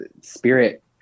Spirit